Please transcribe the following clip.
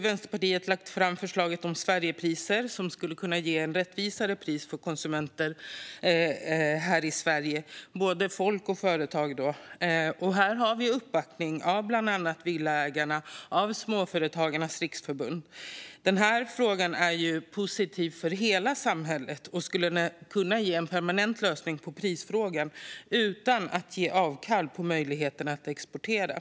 Vänsterpartiet har lagt fram förslag om Sverigepriser som skulle kunna ge rättvisare priser för konsumenter i Sverige - både folk och företag. Vi har uppbackning av bland annat Villaägarna och Småföretagarnas Riksförbund. Frågan är positiv för hela samhället och skulle kunna ge en permanent lösning på prisfrågan utan att göra avkall på möjligheterna att exportera.